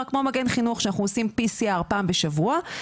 כמו מגן החינוך שאנחנו עושים PCR פעם בשבוע.